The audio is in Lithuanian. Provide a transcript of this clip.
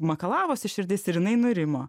makalavosi širdis ir jinai nurimo